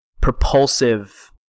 propulsive